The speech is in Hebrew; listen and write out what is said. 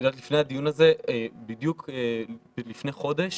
לפני הדיון הזה, בדיוק לפני חודש